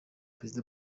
perezida